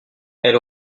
elle